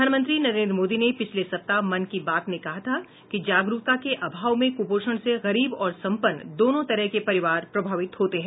प्रधानमंत्री नरेन्द्र मोदी ने पिछले सप्ताह मन की बात में कहा था कि जागरूकता के अभाव में कुपोषण से गरीब और संपन्न दोनों तरह के परिवार प्रभावित होते हैं